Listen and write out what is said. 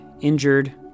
injured